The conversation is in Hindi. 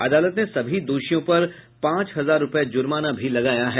अदालत ने सभी दोषियों पर पांच हजार रुपये जुर्माना भी लगाया है